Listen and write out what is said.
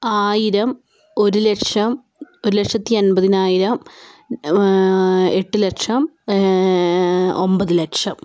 ആയിരം ഒരുലക്ഷം ഒരുലക്ഷത്തി എൺപതിനായിരം എട്ടുലക്ഷം ഒൻപത് ലക്ഷം